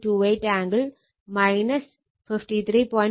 28 angle 53